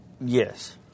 Yes